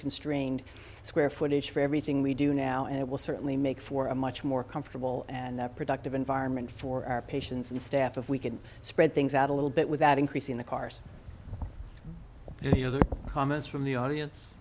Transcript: constrained square footage for everything we do now and it will certainly make for a much more comfortable and productive environment for our patients and staff if we can spread things out a little bit without increasing the cars the other comments from the audience